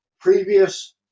previous